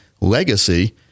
legacy